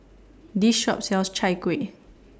This Shop sells Chai Kuih